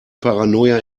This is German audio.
paranoia